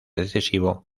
decisivo